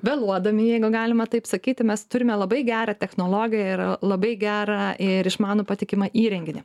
vėluodami jeigu galima taip sakyti mes turime labai gerą technologiją yra labai gerą ir išmanų patikimą įrenginį